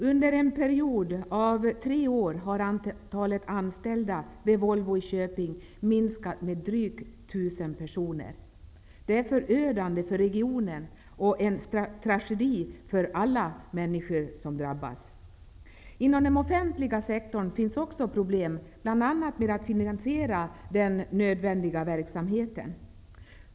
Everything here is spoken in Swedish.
Under en period av tre år har antalet anställda vid Volvo i Köping minskat med drygt 1 000 personer. Det är förödande för regionen och en tragedi för alla människor som drabbas. Inom den offentliga sektorn finns också problem, bl.a. med att finansiera den nödvändiga verksamheten.